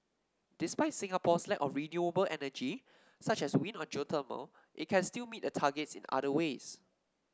despite Singapore's lack of renewable energy such as wind or geothermal it can still meet the targets in other ways